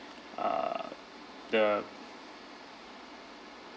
uh the